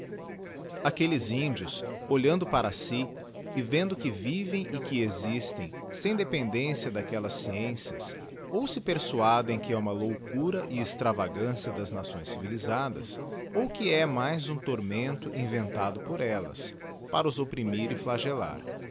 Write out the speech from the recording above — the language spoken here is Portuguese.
aquelles índios olhando para si e vendo que vivem e que existem sem dependência d'aquellas sciencias ou se persuadem que é uma loucura e extravagância das nações civilisadas ou que é mais um tormento inventado por ellas para os opprimir e flagellar